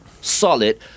solid